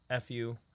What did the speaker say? FU